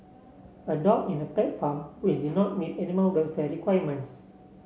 a dog in a pet farm which did not meet animal welfare requirements